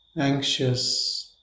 anxious